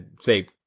say